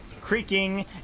creaking